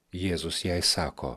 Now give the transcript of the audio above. jėzus jai sako